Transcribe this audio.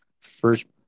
first